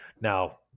Now